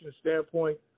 standpoint